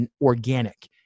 organic